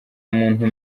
umuntu